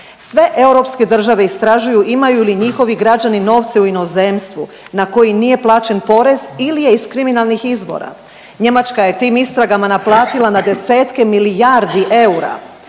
Sve europske države istražuju imaju li njihovi građani novce u inozemstvu na koje nije plaćen porez ili je iz kriminalnih izvora. Njemačka je tim istragama naplatila na desetke milijardi eura.